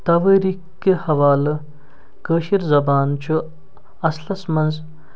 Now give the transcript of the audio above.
توٲریٖخ کہِ حوالہٕ کٲشِر زبان چھُ اَصلَس منٛز